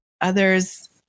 others